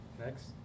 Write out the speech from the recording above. Next